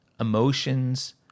emotions